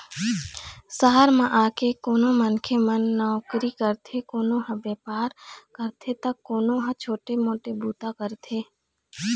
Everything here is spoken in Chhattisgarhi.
सहर म आके कोनो मनखे मन नउकरी करथे, कोनो ह बेपार करथे त कोनो ह छोटे मोटे बूता करथे